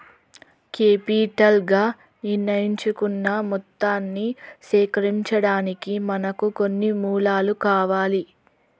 capital గా నిర్ణయించుకున్న మొత్తాన్ని సేకరించడానికి మనకు కొన్ని మూలాలు కావాలి